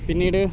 പിന്നീട്